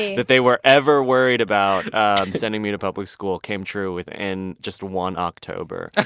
that they were ever worried about sending me to public school came true within just one october.